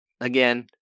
Again